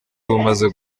bumaze